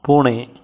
பூனை